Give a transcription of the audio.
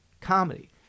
comedy